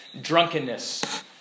drunkenness